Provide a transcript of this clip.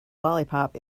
lollipop